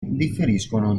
differiscono